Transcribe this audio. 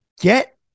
get